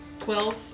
Twelve